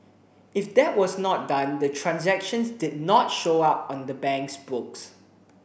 if that was not done the transactions did not show up on the bank's books